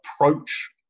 approach